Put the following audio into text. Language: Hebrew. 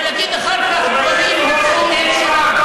ולהגיד אחר כך: הדברים הוצאו מהקשרם.